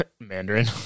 Mandarin